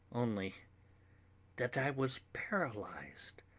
only that i was paralysed.